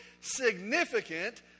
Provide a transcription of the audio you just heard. Significant